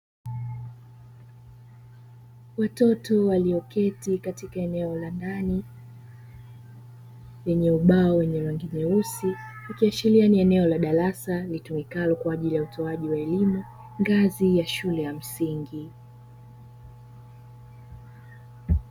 Watoto walioketi katika eneo la ndani lenye ubao wenye rangi nyeusi, ikishiria ni eneo la darasa litumikalo kwa ajili ya utoaji wa elimu ngazi ya shule ya msingi.